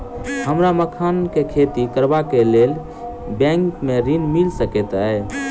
हमरा मखान केँ खेती करबाक केँ लेल की बैंक मै ऋण मिल सकैत अई?